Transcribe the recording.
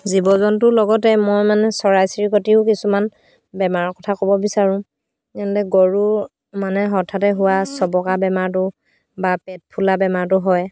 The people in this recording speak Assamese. জীৱ জন্তুৰ লগতে মই মানে চৰাই চিৰিকটিও কিছুমান বেমাৰৰ কথা ক'ব বিচাৰোঁ যেনে গৰু মানে হঠাতে হোৱা চবকা বেমাৰটো বা পেট ফুলা বেমাৰটো হয়